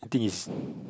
the thing is